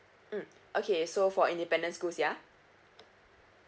mm okay so for independent schools ya